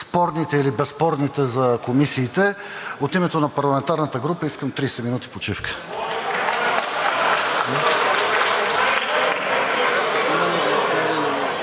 спорните или безспорните въпроси за комисиите, от името на парламентарната група искам 30 минути почивка. (Шум